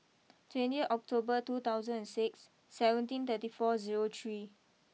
twenty October two thousand and six seventeen thirty four zero three